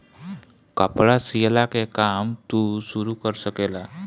कपड़ा सियला के काम तू शुरू कर सकेला